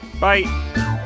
Bye